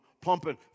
pumping